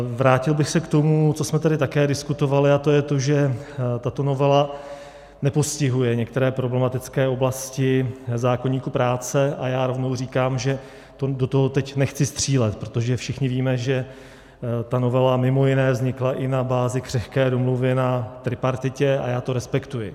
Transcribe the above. Vrátil bych se k tomu, co jsme tady také diskutovali, a to je to, že tato novela nepostihuje některé problematické oblasti zákoníku práce, a já rovnou říkám, že do toho teď nechci střílet, protože všichni víme, že ta novela mimo jiné vznikla i na bázi křehké domluvy na tripartitě, a já to respektuji.